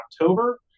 October